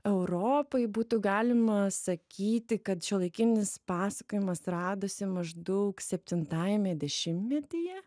europoj būtų galima sakyti kad šiuolaikinis pasakojimas radosi maždaug septintajame dešimtmetyje